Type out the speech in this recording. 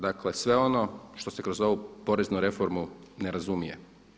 Dakle sve ono što se kroz ovu poreznu reformu ne razumije.